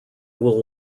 will